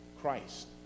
Christ